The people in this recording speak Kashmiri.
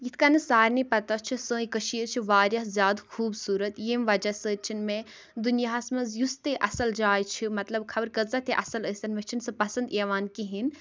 یِتھ کَنہٕ سارنٕے پَتہ چھِ سٲنۍ کٔشیٖر چھِ واریاہ زیادٕ خوٗبصوٗرت ییٚمہِ وَجہ سۭتۍ چھِنہٕ مےٚ دُنیاہَس منٛز یُس تہِ اَصٕل جاے چھِ مطلب خَبَر کۭژاہ تہِ اَصٕل ٲسۍتن مےٚ چھِنہٕ سُہ پَسنٛد یِوان کِہیٖنۍ